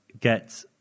get